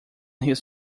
his